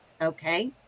Okay